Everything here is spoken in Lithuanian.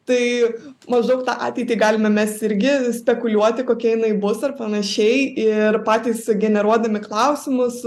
tai maždaug tą ateitį galime mes irgi spekuliuoti kokia jinai bus ar panašiai ir patys generuodami klausimus